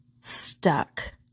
stuck